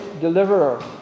Deliverer